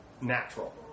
natural